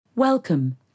Welcome